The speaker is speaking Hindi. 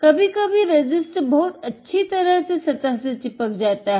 कभी कभी रेसिस्ट बहुत अच्छी तरह से सतह से चिपक जाता है